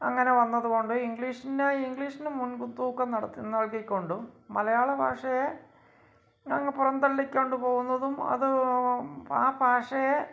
അങ്ങനെ വന്നതുകൊണ്ട് ഇംഗ്ലീഷിന് ഇംഗ്ലീഷിന് മുൻതൂക്കം നടത്തുന്നതാക്കിക്കൊണ്ടും മലയാളഭാഷയെ അങ്ങ് പുറന്തള്ളിക്കൊണ്ട് പോവുന്നതും അത് ആ ഭാഷയെ